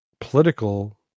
political